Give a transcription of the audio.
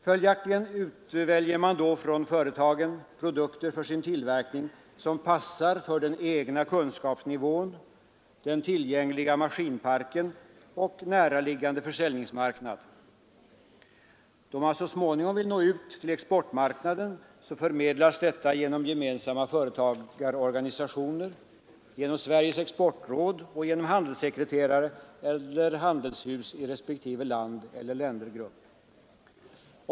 Följaktligen utväljer då företagen produkter för sin tillverkning som passar för den egna kunskapsnivån, den tillgängliga maskinparken och närliggande försäljningsmarknad. Då man så småningom vill nå ut till exportmarknaden förmedlas detta genom gemensamma företagarorganisationer, genom Sveriges exportråd samt genom handelssekreterare eller handelshus i respektive land eller ländergrupper.